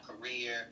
career